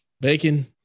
Bacon